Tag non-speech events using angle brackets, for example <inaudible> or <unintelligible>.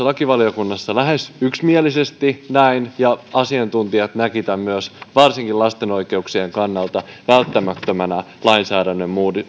<unintelligible> lakivaliokunnassa lähes yksimielisesti näin ja asiantuntijat näkivät tämän myös varsinkin lasten oikeuksien kannalta välttämättömänä lainsäädännön